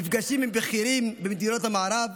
נפגשים עם בכירים במדינות המערב